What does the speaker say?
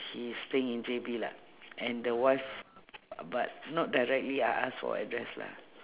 his thing in J_B lah and the wife but not directly I ask for address lah